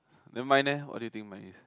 then mine eh what do you think mine is